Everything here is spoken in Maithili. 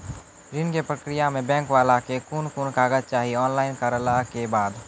ऋण के प्रक्रिया मे बैंक वाला के कुन कुन कागज चाही, ऑनलाइन करला के बाद?